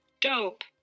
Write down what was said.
Dope